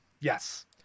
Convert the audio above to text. Yes